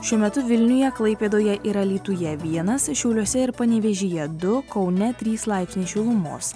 šiuo metu vilniuje klaipėdoje ir alytuje vienas šiauliuose ir panevėžyje du kaune trys laipsniai šilumos